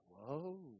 whoa